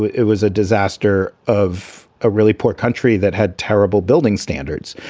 it was a disaster of a really poor country that had terrible building standards.